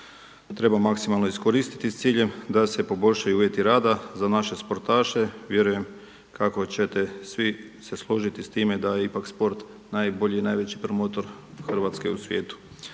treba maksimalno iskoristiti s ciljem da se poboljšaju uvjeti rada za naše sportaše. Vjerujem kako ćete svi se složiti s time da je ipak sport najbolji i najveći promotor Hrvatske u svijetu.